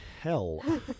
hell